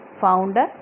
founder